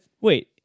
Wait